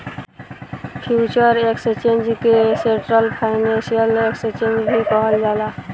future exchange के central financial exchange भी कहल जाला